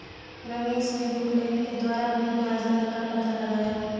रमेश ने बुकलेट के द्वारा अपने ब्याज दर का पता लगाया